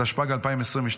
התשפ"ג 2022,